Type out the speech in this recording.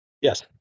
Yes